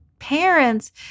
parents